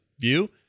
view